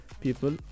people